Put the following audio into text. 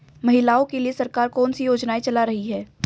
महिलाओं के लिए सरकार कौन सी योजनाएं चला रही है?